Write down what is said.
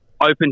open